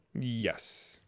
yes